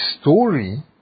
story